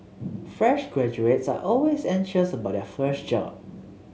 fresh graduates are always anxious about their first job